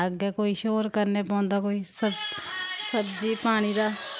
अग्गें कोई किश होर करने पौंदा कोई सब्जी पानी दा